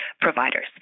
providers